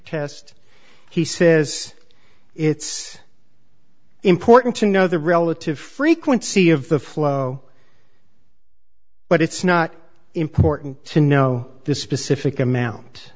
test he says it's important to know the relative frequency of the flow but it's not important to know the specific amount